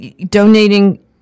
donating